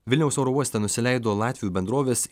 vilniaus oro uoste nusileido latvių bendrovės